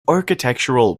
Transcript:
architectural